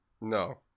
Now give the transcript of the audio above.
No